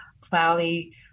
cloudy